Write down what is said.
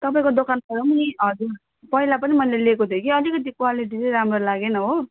तपाईँको दोकानबाट नि हजुर पहिला पनि मैले लिएँको थिएँ कि अलिकति क्वालिटी चाहिँ राम्रो लागेन हो